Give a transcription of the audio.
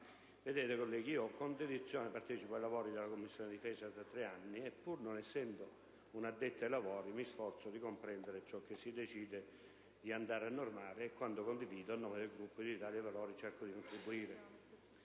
io con dedizione partecipo da tre anni ai lavori della Commissione difesa e, pur non essendo un addetto ai lavori, mi sforzo di comprendere ciò che si decide di andare a normare e, quando condivido, a nome del Gruppo Italia dei Valori, cerco di contribuire